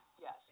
Yes